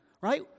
right